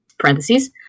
parentheses